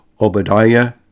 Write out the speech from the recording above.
Obadiah